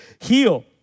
heal